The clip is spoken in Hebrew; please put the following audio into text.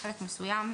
חלק מסוים,